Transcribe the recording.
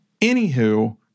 Anywho